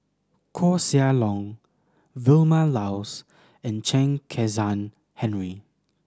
Koeh Sia Yong Vilma Laus and Chen Kezhan Henri